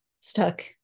stuck